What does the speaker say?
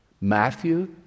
Matthew